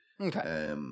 Okay